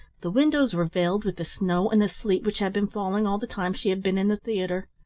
the windows were veiled with the snow and the sleet which had been falling all the time she had been in the theatre.